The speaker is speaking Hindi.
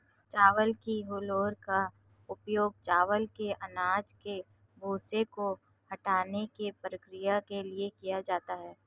चावल की हूलर का उपयोग चावल के अनाज के भूसे को हटाने की प्रक्रिया के लिए किया जाता है